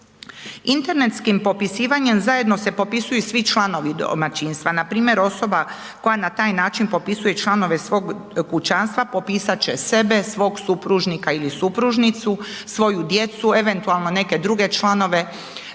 Internetskim popisivanjem zajedno se popisuju svi članovi domaćinstva npr. osoba koja na taj način popisuje članove svog kućanstva popisat će sebe, svog supružnika ili supružnicu, svoju djecu, eventualno neke druge članove